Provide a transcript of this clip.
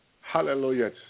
Hallelujah